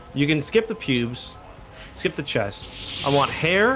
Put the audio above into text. you can skip the pubes skip the chest i want hair